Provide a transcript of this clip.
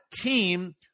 team